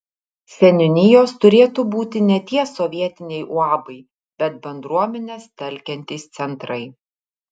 seniūnijos turėtų būti ne tie sovietiniai uabai bet bendruomenes telkiantys centrai